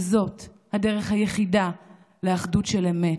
וזאת הדרך היחידה לאחדות של אמת,